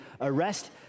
arrest